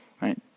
right